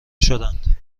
شدند